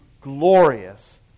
glorious